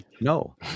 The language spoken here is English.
No